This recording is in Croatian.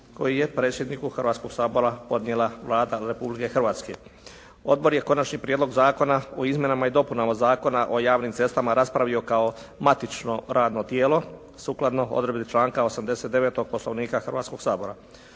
koji je predsjedniku Hrvatskoga sabora podnijela Vlada Republike Hrvatske. Odbor je Konačni prijedlog zakona o izmjenama i dopunama Zakona o javnim cestama raspravio kao matično radno tijelo sukladno odredbi članka 89. Poslovnika Hrvatskoga sabora.